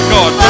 God